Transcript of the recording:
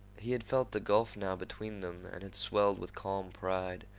he had felt the gulf now between them and had swelled with calm pride.